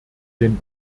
den